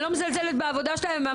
אני לא מזלזלת בעבודה שלהם.